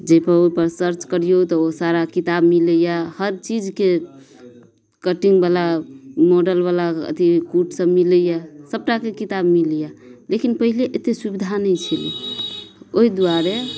जाहि पर ओहिपर सर्च करियौ तऽ ओ सारा किताब मिलैया हर चीजके कटिंग बला मॉडल बला अथी कूट सब मिलैया सबटाके किताब मिलैया लेकिन पहिले एते सुविधा नहि छलै ओय दुआरे